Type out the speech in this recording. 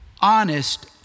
Honest